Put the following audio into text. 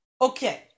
Okay